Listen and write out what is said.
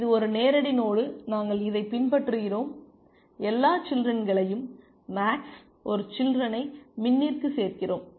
இது ஒரு நேரடி நோடு நாங்கள் இதைப் பின்பற்றுகிறோம் எல்லா சில்றென்களையும் மேக்ஸ் ஒரு சில்றெனை மின்னிற்கு சேர்க்கிறோம்